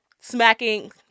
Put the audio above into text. smacking